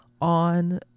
on